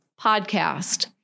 Podcast